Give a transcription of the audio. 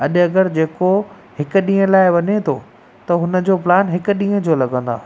अॼु अगरि जेको हिकु ॾींहं लाइ वञे थो त हुन जो प्लान हिकु ॾींहं जो लॻंदा